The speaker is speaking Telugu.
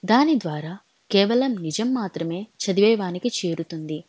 దాని ద్వారా కేవలం నిజం మాత్రమే చదివేవానికి చేరుతుంది